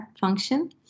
function